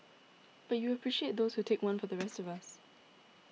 but you appreciate those who take one for the rest of us